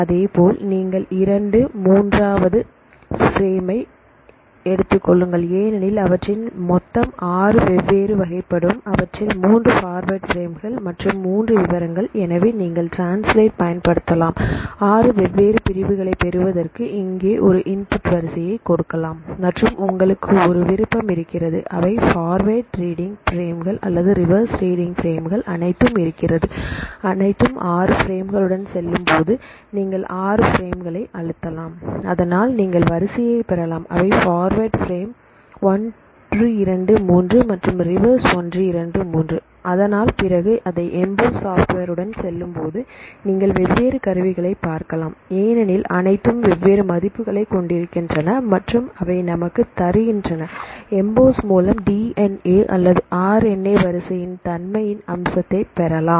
அதேபோல் நீங்கள் இரண்டு மற்றும் மூன்றாவது பிரேமை எடுத்துக்கொள்ளுங்கள் ஏனெனில் அவற்றின் மொத்தம் ஆறு வெவ்வேறு வகைப்படும் அவற்றில் மூன்று ஃபார்வேர்ட் பிரேம்கள் மற்றும் மூன்று விவரங்கள் எனவே நீங்கள் ட்ரான்ஸ்லட் பயன்படுத்தலாம் ஆறு வெவ்வேறு பிரிவுகளை பெறுவதற்கு இங்கே நீங்கள் இன்புட் வரிசையை கொடுக்கலாம் மற்றும் உங்களுக்கு ஒரு ஒரு விருப்பம் இருக்கிறது அவை ஃபார்வேர்ட் ரீடிங் பிரேம்கள் அல்லது ரிவர்ஸ் ரிடிங் பிரேம்கள் அனைத்தும் இருக்கிறது அனைத்து ஆறு பிரேம்களுடன் சொல்லும்போது நீங்கள் ஆறு பிரேம்கள் அழுத்தலாம் அதனால் நீங்கள் வரிசையைப் பெறலாம் அவை ஃபார்வேர்ட் பிரேம் 123 மற்றும் ரிவர்ஸ் 123 அதனால் பிறகு அதை எம்போஸ் சாஃப்ட்வேர் உடன் செல்லும்போது நீங்கள் வெவ்வேறு கருவிகளை பார்க்கலாம் ஏனெனில் அனைத்தும் வெவ்வேறு மதிப்புகளை கொண்டிருக்கின்றன மற்றும் அவை நமக்கு தருகின்றன எம்போஸ் மூலம் டி என் ஏ அல்லது ஆர் என் ஏ வரிசையின் தன்மையின் அம்சத்தை பெறலாம்